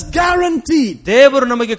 guaranteed